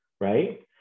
right